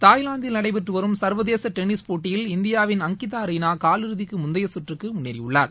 தாய்லாந்தில் நடைபெற்று வரும் சர்வதேச டென்னிஸ் போட்டியில் இந்தியாவின் அங்கிதா ரெய்னா காலிழுதிக்கு முந்தைய சுற்றுக்கு முன்னேறியுள்ளார்